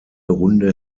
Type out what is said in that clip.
runde